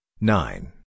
nine